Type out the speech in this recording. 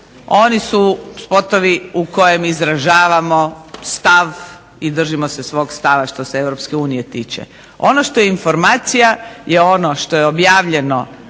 Oni su spotovi u kojima izražavamo stav i držimo se svog stava što se EU tiče. Ono što je informacija je ono što je objavljeno